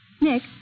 Nick